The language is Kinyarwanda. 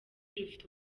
rufite